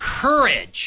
courage